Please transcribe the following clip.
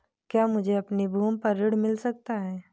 क्या मुझे अपनी भूमि पर ऋण मिल सकता है?